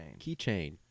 Keychain